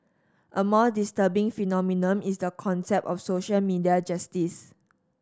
a more disturbing phenomenon is the concept of social media justice